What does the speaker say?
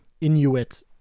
Inuit